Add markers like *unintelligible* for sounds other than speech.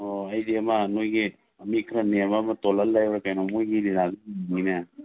ꯑꯣ ꯑꯩꯗꯤ ꯑꯃ ꯃꯣꯏꯒꯤ ꯃꯤ ꯈꯔ ꯅꯦꯝꯕ ꯑꯃ ꯑꯃ ꯇꯣꯂꯟ ꯍꯥꯏꯕ꯭ꯔꯥ ꯀꯩꯅꯣ ꯃꯣꯏꯒꯤ ꯂꯤꯂꯥ *unintelligible* ꯅꯨꯡꯉꯥꯏꯅꯦ